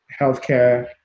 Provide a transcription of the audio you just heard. healthcare